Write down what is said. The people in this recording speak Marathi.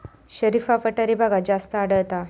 शरीफा पठारी भागात जास्त आढळता